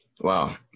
Wow